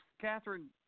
Catherine